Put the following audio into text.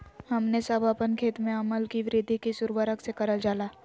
हमने सब अपन खेत में अम्ल कि वृद्धि किस उर्वरक से करलजाला?